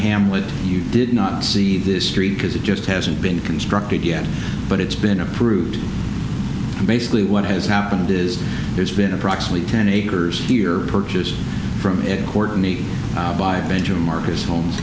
hamlet you did not see this because it just hasn't been constructed yet but it's been approved and basically what has happened is there's been approximately ten acres here purchased from courtney by benjamin marcus home